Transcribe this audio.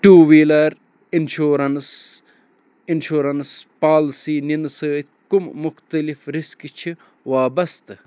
two wheeler insurance insurance policy نِنہٕ سۭتۍ کَمہٕ مُختلِف رِسکہٕ چھِ وابستہٕ